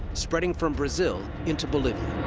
spreading from brazil into bolivia.